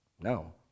No